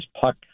puck